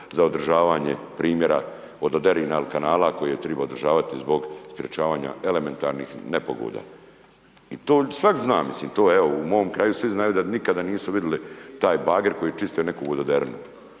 za održavanje primjera vododerina ili kanala koje treba održavati zbog sprječavanja elementarnih nepogoda. I to sad znam, mislim to evo, u mom kraju svi znaju da nikada nisu vidjeli taj bager koji čisti neku vododerinu,